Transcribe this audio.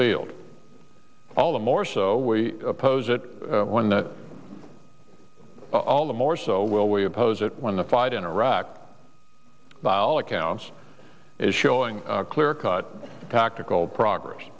field all the more so we oppose it when that all the more so will we oppose it when the fight in iraq by all accounts is showing clearcut tactical progress